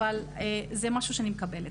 אבל זה משהו שאני מקבלת.